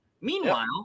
Meanwhile